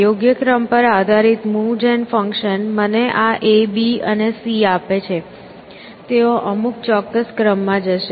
યોગ્ય ક્રમ પર આધારિત મૂવ જેન ફંક્શન મને આ A B અને C આપે છે તેઓ અમુક ચોક્કસ ક્રમમાં જશે